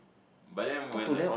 but then when like